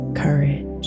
courage